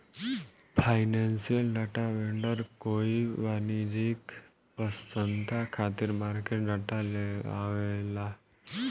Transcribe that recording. financial data vendor कोई वाणिज्यिक पसंस्था खातिर मार्केट डाटा लेआवेला